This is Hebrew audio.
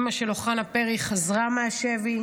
אימא שלו, חנה פרי, חזרה מהשבי.